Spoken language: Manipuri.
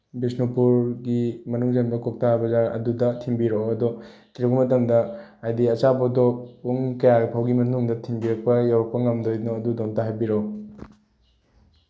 ꯕꯤꯁꯅꯨꯄꯨꯔꯒꯤ ꯃꯅꯨꯡ ꯆꯟꯕ ꯀꯣꯛꯇꯥ ꯕꯖꯥꯔ ꯑꯗꯨꯗ ꯊꯤꯟꯕꯤꯔꯛꯑꯣ ꯑꯗꯣ ꯊꯤꯜꯂꯛꯄ ꯃꯇꯝꯗ ꯍꯥꯏꯗꯤ ꯑꯆꯥꯄꯣꯠꯇꯣ ꯄꯨꯡ ꯀꯌꯥ ꯐꯥꯎꯒꯤ ꯃꯅꯨꯡꯗ ꯊꯤꯟꯕꯤꯔꯛꯄ ꯌꯧꯔꯛꯄ ꯉꯝꯗꯣꯏꯅꯣ ꯑꯗꯨꯗꯣ ꯑꯃꯨꯛꯇ ꯍꯥꯏꯕꯤꯔꯛꯑꯣ